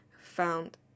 found